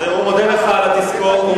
הוא מודה לך על התזכורת,